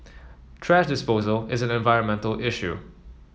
thrash disposal is an environmental issue